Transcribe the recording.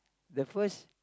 the first